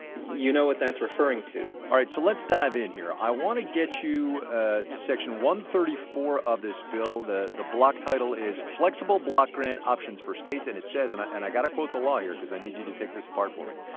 you know what that's referring to. all right, so let's dive in here. i want to get you ah to section one hundred and thirty four of this bill. the the block title is flexible block brant options for states and it says, and i and i got a quote the law here because i need you to take this apart for me,